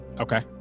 Okay